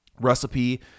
recipe